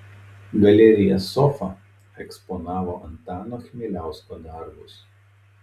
galerija sofa eksponavo antano chmieliausko darbus